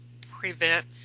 prevent